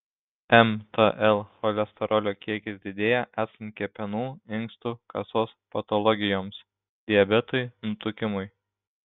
mtl cholesterolio kiekis didėja esant kepenų inkstų kasos patologijoms diabetui nutukimui